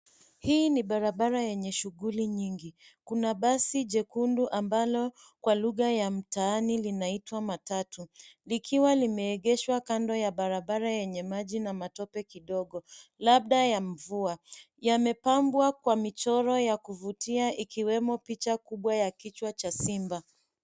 Hii ni barabara yenye shughuli nyingi. Kuna basi jekundu ambalo kwa lugha ya mtaani linaitwa Matatu. Likiwa limeegeshwa kando ya barabara yenye maji na matope kidogo, labda ya mvua. Yamepambwa kwa michoro ya kuvutia, ikiwemo picha kubwa ya kichwa cha simba.